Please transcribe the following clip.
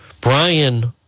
Brian